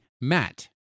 Matt